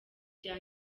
rya